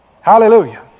Hallelujah